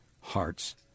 hearts